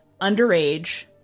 underage